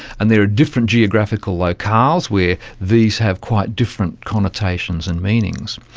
and there are different geographical locales where these have quite different connotations and meanings.